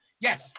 Yes